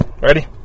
ready